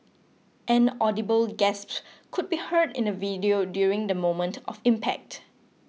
an audible gasp could be heard in the video during the moment of impact